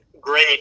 great